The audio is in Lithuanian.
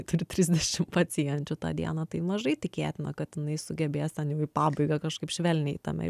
turi trisdešimt pacienčių tą dieną tai mažai tikėtina kad jinai sugebės ten jau į pabaigą kažkaip švelniai tame